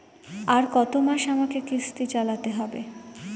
আর কতমাস আমাকে কিস্তি চালাতে হবে?